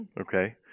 Okay